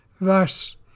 Thus